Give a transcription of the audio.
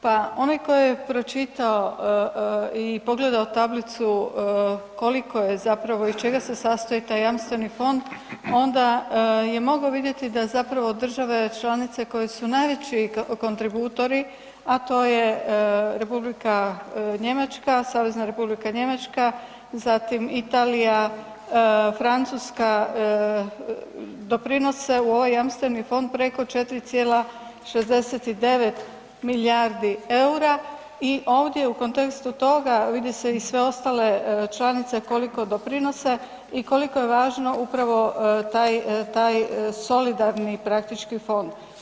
Pa onaj tko je pročitao i pogledao tablicu koliko i iz čega se sastoji taj Jamstveni fond onda je mogao vidjeti da zapravo države članice koji su najveći kontributori, a to je Republika Njemačka, Savezna Republika Njemačka, zatim Italija, Francuska doprinose u ovaj Jamstveni fond preko 4,69 milijardi eura i ovdje u kontekstu toga vidi se i sve ostale članice koliko doprinose i koliko je važno upravo taj solidarni praktički fond.